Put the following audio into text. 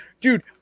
dude